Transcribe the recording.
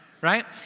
right